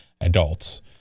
adults